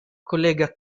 collega